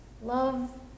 Love